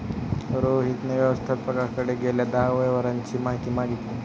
रोहितने व्यवस्थापकाकडे गेल्या दहा व्यवहारांची माहिती मागितली